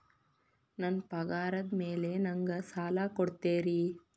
ನನ್ನ ಪಗಾರದ್ ಮೇಲೆ ನಂಗ ಸಾಲ ಕೊಡ್ತೇರಿ?